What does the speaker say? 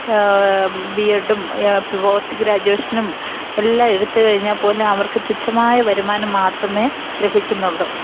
B എഡും post ഗ്രാജുവേഷനും എല്ലാം എടുത്തുകഴിഞ്ഞാൽ പോലും അവർക്ക് തുച്ഛമായ വരുമാനം മാത്രമേ ലഭിക്കുന്നുള്ളൂ